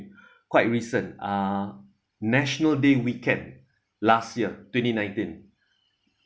quite recent uh national day weekend last year twenty nineteen